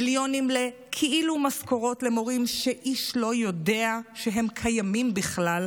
מיליונים לכאילו משכורות למורים שאיש לא יודע שהם קיימים בכלל,